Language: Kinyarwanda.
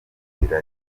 inzira